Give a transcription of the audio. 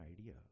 idea